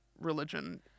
religion